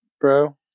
bro